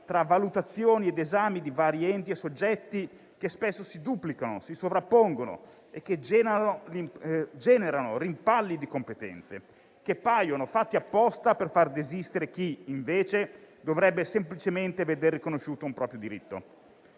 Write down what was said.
tra valutazioni ed esami di vari enti e soggetti che spesso si duplicano, si sovrappongono e generano rimpalli di competenze che paiono fatti apposta per far desistere chi, invece, dovrebbe semplicemente vedere riconosciuto un proprio diritto.